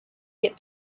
get